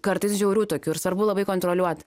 kartais žiaurių tokių ir svarbu labai kontroliuot